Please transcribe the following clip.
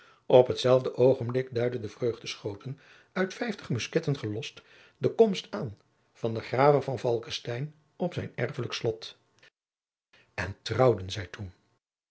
op hetzelfde oogenblik duidden de vreugdeschoten uit vijftig musketten gelost de komst aan van den grave van falckestein op zijn erfelijk slot en trouwden zij toen